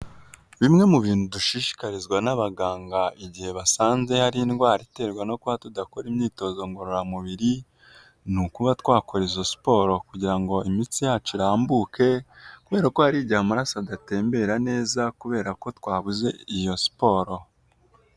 Bimwe mu bintu dushishikarizwa n'abaganga igihe basanze hari indwara iterwa no kuba tudakora imyitozo ngororamubiri ni ukuba twakora izo siporo kugira ngo imitsi yacu irambuke, kubera ko hari igihe amaraso adatembera neza kubera ko twabuze iyo siporo.